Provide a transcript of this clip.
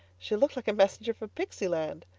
she looked like a messenger from pixy land.